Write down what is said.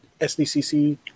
SDCC